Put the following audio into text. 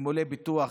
תגמולי ביטוח